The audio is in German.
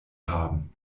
haben